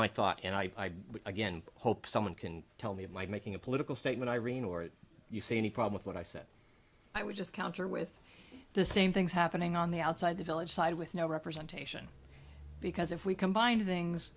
my thought and i again hope someone can tell me why making a political statement irene or you see any problem with what i said i would just counter with the same things happening on the outside the village side with no representation because if we combine two things